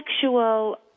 sexual